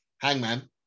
Hangman